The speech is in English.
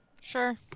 Sure